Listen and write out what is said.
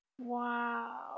Wow